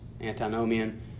antinomian